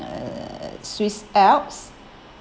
uh swiss alps